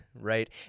right